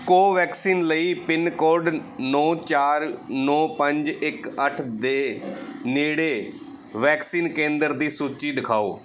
ਕੋਵੈਕਸਿਨ ਲਈ pin code ਨੌਂ ਚਾਰ ਨੌਂ ਪੰਜ ਇੱਕ ਅੱਠ ਦੇ ਨੇੜੇ ਵੈਕਸੀਨ ਕੇਂਦਰ ਦੀ ਸੂਚੀ ਦਿਖਾਓ